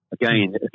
Again